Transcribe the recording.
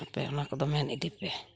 ᱟᱯᱮ ᱚᱱᱟ ᱠᱚᱫᱚ ᱢᱮᱱ ᱤᱫᱤᱯᱮ